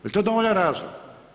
Jel to dovoljan razlog?